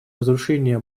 разрушения